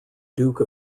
duke